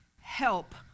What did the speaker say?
Help